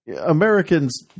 Americans